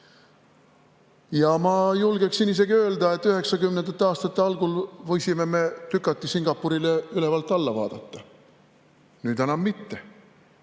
Ma julgeksin isegi öelda, et 1990. aastate algul võisime me tükati Singapurile ülevalt alla vaadata, nüüd enam mitte.